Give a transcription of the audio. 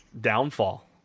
downfall